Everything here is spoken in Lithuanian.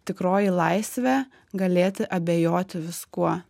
tikroji laisvė galėti abejoti viskuo